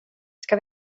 ska